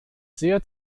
sehr